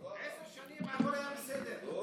עשר שנים הכול היה בסדר.